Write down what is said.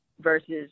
versus